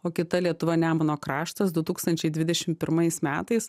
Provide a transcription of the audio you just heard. o kita lietuva nemuno kraštas du tūkstančiai dvidešimt pirmais metais